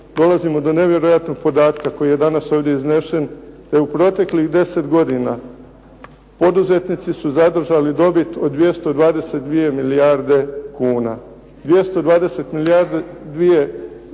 dolazimo do nevjerojatnog podatka koji je danas ovdje iznesen, da u proteklih deset godina poduzetnici su zadržali dobit od 220 milijarde kuna.